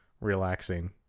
relaxing